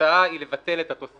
ההצעה היא לבטל את התוספת.